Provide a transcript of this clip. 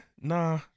Nah